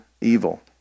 evil